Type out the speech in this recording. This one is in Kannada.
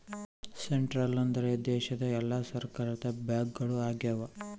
ಸೆಂಟ್ರಲ್ ಅಂದ್ರ ದೇಶದ ಎಲ್ಲಾ ಸರ್ಕಾರದ ಬ್ಯಾಂಕ್ಗಳು ಆಗ್ಯಾವ